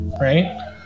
Right